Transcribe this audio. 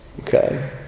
Okay